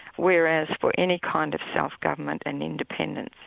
whereas for any kind of self-government and independence,